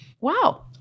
Wow